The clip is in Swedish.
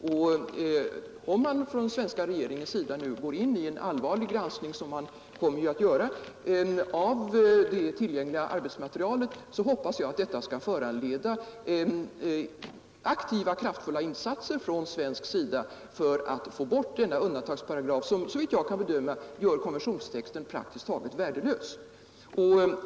När nu den svenska regeringen går in i en allvarlig granskning av det tillgängliga arbetsmaterialet, så hoppas jag att detta skall föranleda aktiva kraftfulla insatser från svensk sida för att få bort denna undantagsparagraf som, såvitt jag kan bedöma, gör konventionstexten praktiskt taget värdelös.